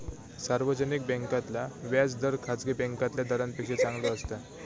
सार्वजनिक बॅन्कांतला व्याज दर खासगी बॅन्कातल्या दरांपेक्षा चांगलो असता